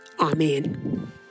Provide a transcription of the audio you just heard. Amen